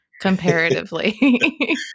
comparatively